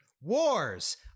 Wars